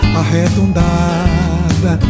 arredondada